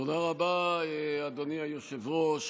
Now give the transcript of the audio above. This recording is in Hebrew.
תודה רבה, אדוני היושב-ראש.